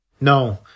No